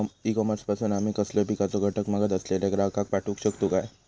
E commerce पासून आमी कसलोय पिकाचो घटक मागत असलेल्या ग्राहकाक पाठउक शकतू काय?